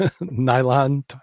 nylon